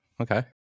Okay